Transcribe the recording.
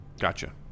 Gotcha